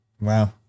Wow